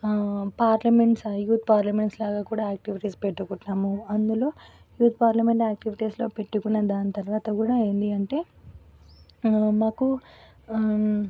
parliaments అవి కూడా parliaments లాగా కూడా ఆక్టివిటీస్ పెట్టుకుంటాము అందులో ఈ పార్లమెంట్ ఆక్టివిటీస్లో పెట్టుకున్న దాని తర్వాత కూడా ఏంటి అంటే మాకు